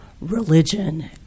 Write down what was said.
Religion